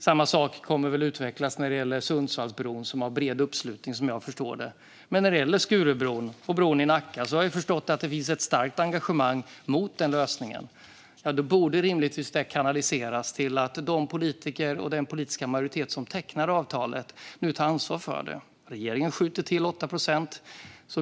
Samma sak kommer väl att utvecklas när det gäller Sundsvallsbron, där det finns bred uppslutning som jag förstår det. Men med Skurubron och bron i Nacka har jag förstått att det finns ett starkt engagemang mot den lösningen. Då borde det rimligen kanaliseras så att de politiker och den majoritet som tecknade avtalet nu tar ansvar för det. Regeringen skjuter till 8 procent.